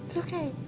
so okay.